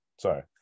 Sorry